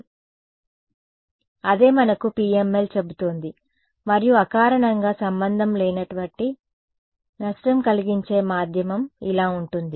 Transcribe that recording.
∂∂z zˆ × H j ωε0 ε r − jσωε0 Esz అదే మనకు PML చెబుతోంది మరియు అకారణంగా సంబంధం లేనటువంటి నష్టం కలిగించే మాధ్యమం ఇలా ఉంటుంది